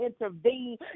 intervene